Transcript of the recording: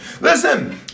Listen